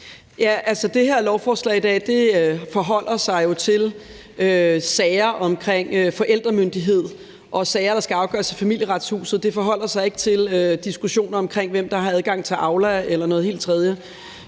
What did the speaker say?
har her i dag, forholder sig jo til sager omkring forældremyndighed og sager, der skal afgøres af Familieretshuset, men det forholder sig ikke til diskussioner om, hvem der har adgang til Aula eller noget helt tredje.